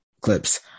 clips